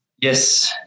yes